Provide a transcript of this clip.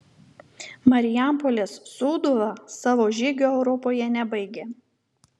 marijampolės sūduva savo žygio europoje nebaigė